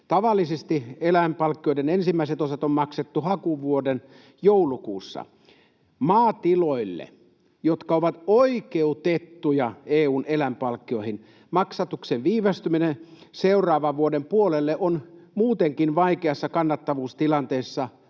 Tavallisesti eläinpalkkioiden ensimmäiset osat on maksettu hakuvuoden joulukuussa. Maatiloille, jotka ovat oikeutettuja EU:n eläinpalkkioihin, maksatuksen viivästyminen seuraavan vuoden puolelle on muutenkin vaikeassa kannattavuustilanteessa todella